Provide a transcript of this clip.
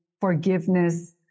forgiveness